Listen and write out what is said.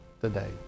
today